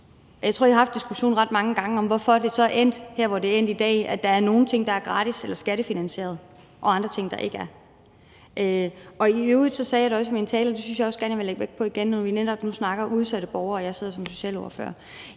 jeg tror, I har haft diskussionen ret mange gange om, hvorfor det så er endt her, hvor det er endt i dag, altså at der er nogle ting, der er gratis eller skattefinansieret, og andre ting, der ikke er. I øvrigt sagde jeg også i min tale, og jeg synes også, jeg gerne vil lægge vægt på det igen, når vi nu netop snakker udsatte borgere og jeg sidder som socialordfører,